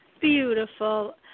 Beautiful